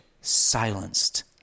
silenced